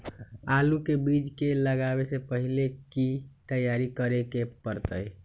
आलू के बीज के लगाबे से पहिले की की तैयारी करे के परतई?